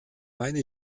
meine